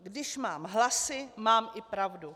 Když mám hlasy, mám i pravdu.